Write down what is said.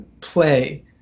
play